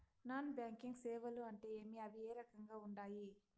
non banking సేవలు అంటే ఏమి అవి ఏ రకంగా ఉండాయి